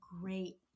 great